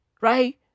Right